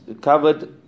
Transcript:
covered